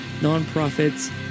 nonprofits